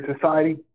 society